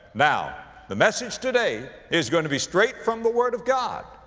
now, the message today is going to be straight from the word of god.